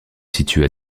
situe